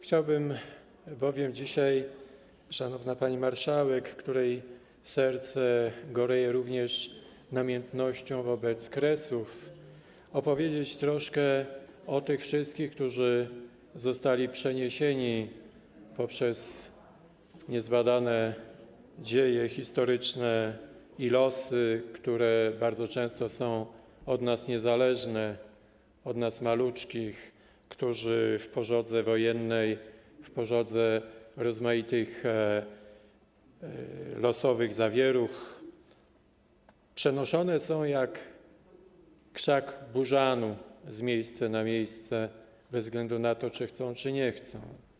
Chciałbym bowiem dzisiaj, szanowna pani marszałek, której serce goreje również namiętnością do Kresów, opowiedzieć troszkę o tych wszystkich, którzy zostali przeniesieni poprzez niezbadane dzieje historyczne i losy, które bardzo często są od nas niezależne, od nas, maluczkich, którzy w pożodze wojennej, w pożodze rozmaitych losowych zawieruch przenoszeni są jak krzak burzanu, z miejsca na miejsce, bez względu na to, czy chcą, czy nie chcą.